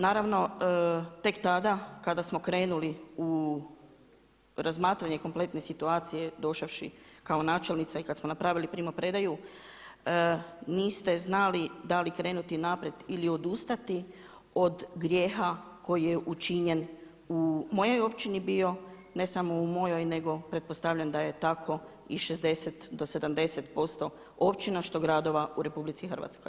Naravno tek tada kada smo krenuli u razmatranje kompletne situacije došavši kao načelnica i kada smo napravili primopredaju niste znali da li krenuti naprijed ili odustati od grijeha koji je učinjen u mojoj općini bio, ne samo u mojoj nego pretpostavljam da je tako i 60 do 70% općina, što gradova u RH.